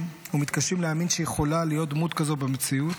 ומתקשים להאמין שיכולה להיות דמות כזו במציאות,